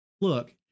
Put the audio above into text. Look